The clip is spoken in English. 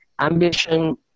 ambition